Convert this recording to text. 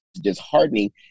disheartening